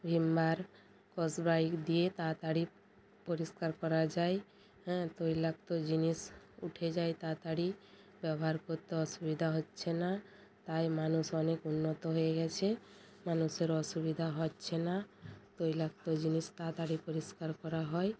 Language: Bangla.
ভীম বারস্কচব্রাইট দিয়ে তাড়াতাড়ি পরিষ্কার করা যায় হ্যাঁ তৈলাক্ত জিনিস উঠে যায় তাড়াতাড়ি ব্যবহার করতে অসুবিধা হচ্ছে না তাই মানুষ অনেক উন্নত হয়ে গেছে মানুষের অসুবিধা হচ্ছে না তৈলাক্ত জিনিস তাড়াতাড়ি পরিষ্কার করা হয়